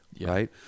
Right